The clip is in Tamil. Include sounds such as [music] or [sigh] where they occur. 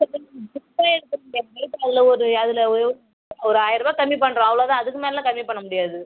[unintelligible] ரேட்டு முதல்ல ஒரு அதில் ஒரே ஒரு ஒரு ஆயிர்ரூபா கம்மி பண்ணுறோம் அவ்வளோதான் அதுக்கு மேலேலாம் கம்மி பண்ண முடியாது